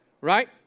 Right